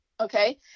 okay